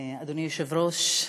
אדוני היושב-ראש,